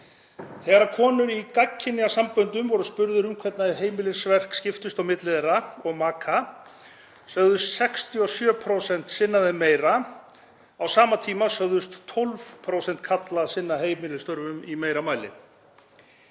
Þegar konur í gagnkynhneigðum samböndum voru spurðar um hvernig heimilisverkin skiptust á milli þeirra og maka sögðust 67% sinna þeim meira. Á sama tíma sögðust 12% karla sinna heimilisstörfum í meira mæli.